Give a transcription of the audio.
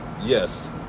Yes